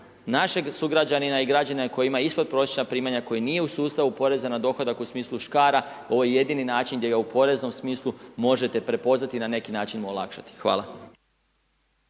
našeg sugrađanina i građana koji ima ispod prosječna primanja, koji nije u sustavu poreza na dohodak u smislu škara ovo je jedini način gdje ga u poreznom smislu možete prepoznati i na neki način mu olakšati. Hvala.